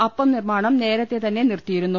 അപ്പം നിർമ്മാണം നേരത്തെ തന്നെ നിർത്തിയിരുന്നു